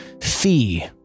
Fee